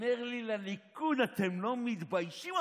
אומר לי, לליכוד: אתם לא מתביישים?